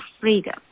freedom